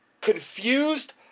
confused